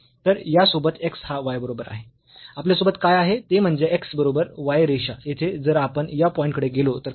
तर यासोबत x हा y बरोबर आहे आपल्यासोबत काय आहे ते म्हणजे x बरोबर y रेषा येथे जर आपण या पॉईंट कडे गेलो तर काय होईल